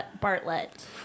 Bartlett